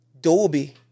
Dolby